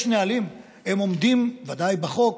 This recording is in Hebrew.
יש נהלים, הם עומדים ודאי בחוק.